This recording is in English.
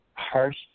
harsh